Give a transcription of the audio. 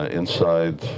inside